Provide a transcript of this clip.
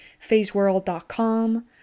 phaseworld.com